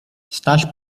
staś